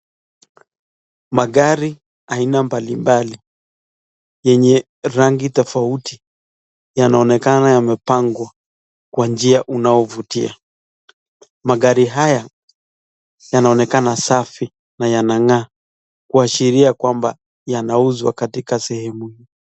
Magari aina mbali mbali, yenye rangi tofauti, yanaonekana yamepangwa, kwa njia unao vutia, magari haya, yanaonekana safi, na yanan'gaa, kuashiria kwamba yanauza katika sehemu.